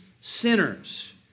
sinners